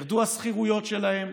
ירדו השכירויות שלהם.